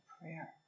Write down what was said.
prayer